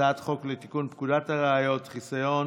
הצעת חוק לתיקון פקודת הראיות (חיסיון